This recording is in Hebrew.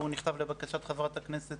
הוא נכתב לבקשת חברת הכנסת